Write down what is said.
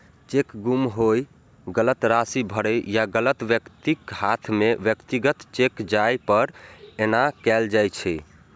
cheque गुम होय, गलत राशि भरै या गलत व्यक्तिक हाथे मे व्यक्तिगत चेक जाय पर एना कैल जाइ छै